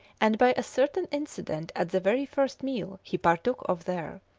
and by a certain incident at the very first meal he partook of there,